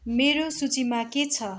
मेरो सूचीमा के छ